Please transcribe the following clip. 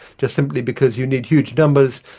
just simply because you need huge numbers.